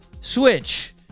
switch